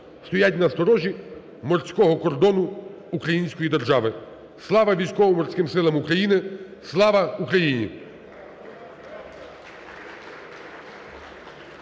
стоять на сторожі морського кордону української держави. Слава Військово-Морським Силам України! Слава Україні!